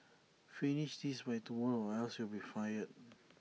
finish this by tomorrow or else you'll be fired